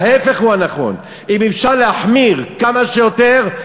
ההפך הוא הנכון: אם אפשר להחמיר כמה שיותר,